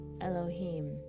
Elohim